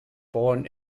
born